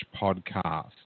podcast